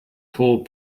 pulled